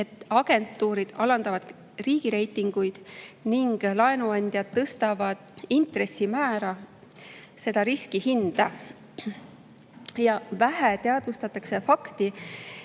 et agentuurid alandavad riigireitingut ning laenuandjad tõstavad intressimäära, seda riski hinda. Vähe teadvustatakse fakti,